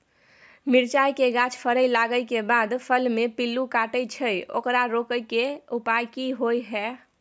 मिरचाय के गाछ फरय लागे के बाद फल में पिल्लू काटे छै ओकरा रोके के उपाय कि होय है?